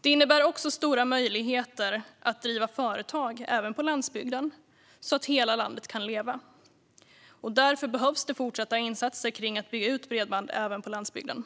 Det innebär också stora möjligheter att driva företag även på landsbygden, så att hela landet kan leva. Därför behövs det fortsatta insatser för att bygga ut bredband även på landsbygden.